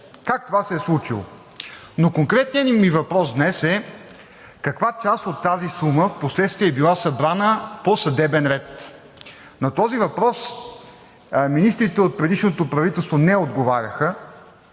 как това се е случило? Но конкретният ми въпрос днес е: каква част от тази сума впоследствие е била събрана по съдебен ред? На този въпрос министрите от предишното правителство не отговаряха.